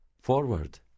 forward